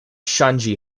ŝanĝi